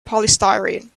polystyrene